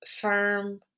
firm